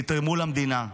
תתרמו למדינה,